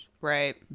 Right